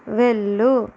వెళ్ళు